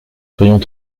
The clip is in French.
soyons